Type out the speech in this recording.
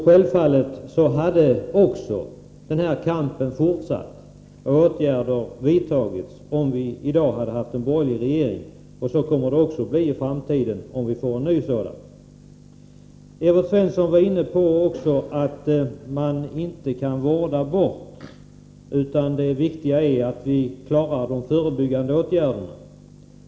Självfallet hade denna kamp fortsatt och ytterligare åtgärder vidtagits med en borgerlig regering. Så kommer det också att bli i framtiden, om vi får en ny sådan regering. Evert Svensson nämnde att det inte går att råda bot på alkoholoch narkotikaproblemen genom enbart vård, utan det viktiga är att vidta förebyggande åtgärder.